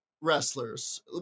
wrestlers